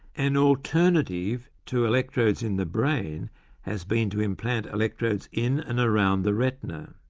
an alternative to electrodes in the brain has been to implant electrodes in and around the retina,